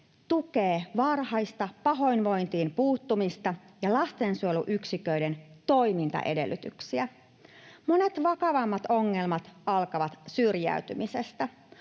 tukee varhaista pahoinvointiin puuttumista ja lastensuojeluyksiköiden toimintaedellytyksiä. Monet vakavammat ongelmat alkavat syrjäytymisestä.